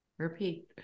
repeat